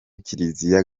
kiliziya